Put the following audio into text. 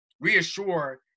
reassure